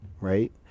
Right